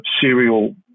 serial